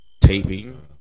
Taping